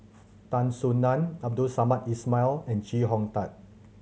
Tan Soo Nan Abdul Samad Ismail and Chee Hong Tat